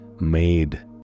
made